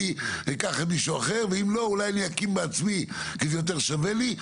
אני אקח מישהו אחר ואם לא אולי אני אקים בעצמי אם זה יותר שווה לי.